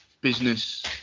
business